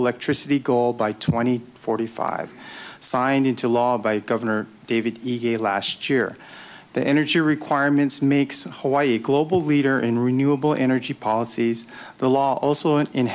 electricity goal by twenty forty five signed into law by governor david last year the energy requirements makes hoey a global leader in renewable energy policies the law also an